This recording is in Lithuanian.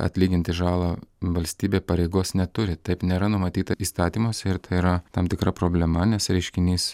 atlyginti žalą valstybė pareigos neturi taip nėra numatyta įstatymuose ir tai yra tam tikra problema nes reiškinys